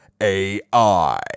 AI